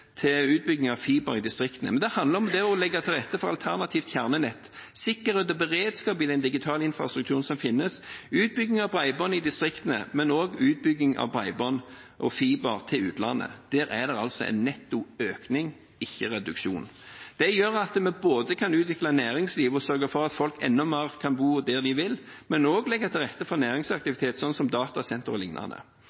til utbygging av fiber i distriktene. Det handler om å legge til rette for et alternativt kjernenett, sikkerhet og beredskap i den digitale infrastrukturen som finnes, utbygging av bredbånd i distriktene, men også utbygging av bredbånd og fiber til utlandet. Der er det en netto økning, ikke en reduksjon. Det gjør at vi både kan utvikle næringslivet og sørge for at folk i enda større grad kan bo der de vil, men også legge til rette for